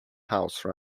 house